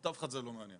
את אף אחד זה לא מעניין.